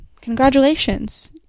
congratulations